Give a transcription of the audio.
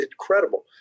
incredible